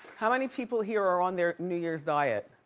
how many people here are on their new year's diet?